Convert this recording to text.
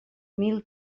mil